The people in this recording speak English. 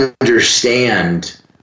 understand